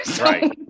Right